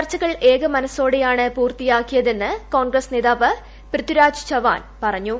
ചർച്ചുകൾ ഏക് മിന്സോടെയാണ് പൂർത്തിയാക്കിയതെന്ന് കോൺഗ്രസ് നേതാവ് പൃമ്പൂരാജ് ചവാൻ പറഞ്ഞു